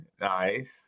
Nice